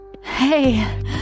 Hey